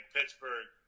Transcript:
Pittsburgh